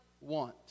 want